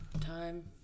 time